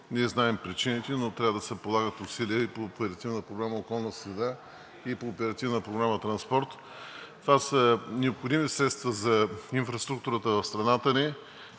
ние знаем причините, но трябва да се полагат усилия и по Оперативна програма „Околна среда“, и по Оперативна програма „Транспорт“. Това са необходими средства за инфраструктурата в страната ни.